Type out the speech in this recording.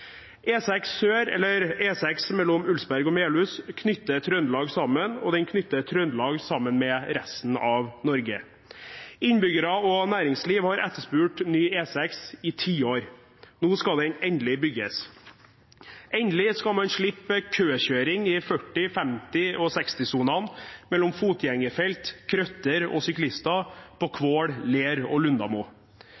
E6 sør eller E6 mellom Ulsberg og Melhus knytter Trøndelag sammen, og den knytter Trøndelag sammen med resten av Norge. Innbyggere og næringsliv har etterspurt ny E6 i tiår. Nå skal den endelig bygges. Endelig skal man slippe køkjøring i 40-, 50- og 60-sonene mellom fotgjengerfelt, krøtter og syklister på